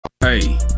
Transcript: Hey